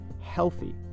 healthy